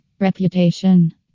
Reputation